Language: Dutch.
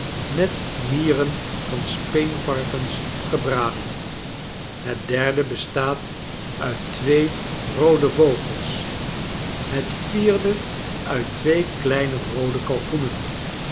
met nieren van speenvarkens gebraden het derde bestaat uit twee roode vogels het vierde uit twee kleine roode kalkoenen